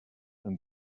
and